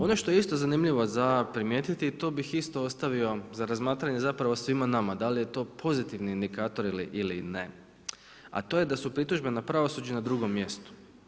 Ono što je isto zanimljivo za primijetiti tu bih isto ostavio za razmatranje zapravo svima nama da li je to pozitivni indikator ili ne, a to je da su pritužbe na pravosuđe na drugom mjestu.